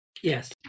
Yes